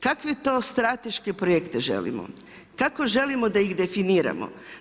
Kakve to strateške projekte želimo? kako želimo da ih definiramo?